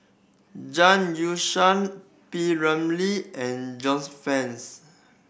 Zhang Youshuo P Ramlee and Joyce Fans